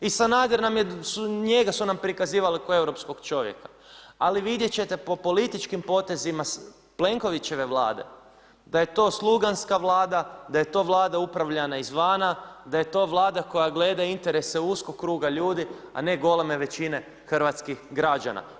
I Sanader nam je, njega su nam prikazivali kao europskog čovjeka ali vidjeti ćete po političkim potezima Plenkovićeve Vlade da je to sluganska Vlada, da je to Vlada upravljana izvana, da je to Vlada koja gleda interese uskog kruga ljudi a ne goleme većine hrvatskih građana.